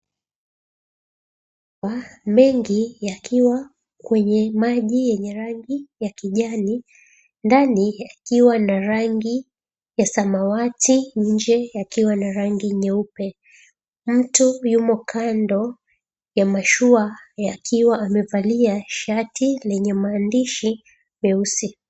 Mengi yakiwa kwenye maji yenye rangi ya kijani, ndani yakiwa na rangi ya samawati nje yakiwa na rangi nyeupe. Mtu yumo kando ya mashua yakiwa amevalia shati lenye maandishi meusi.